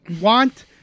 want